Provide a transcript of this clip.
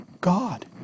God